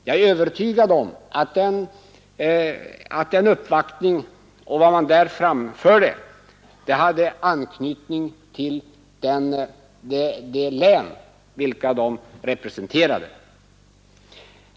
Jag är övertygad om att den uppvaktningen och vad som där framfördes hade anknytning till de län som landshövdingarna representerar.